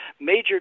major